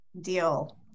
Deal